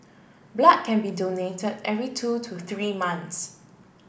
blood can be donated every two to three months